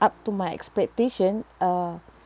up to my expectation uh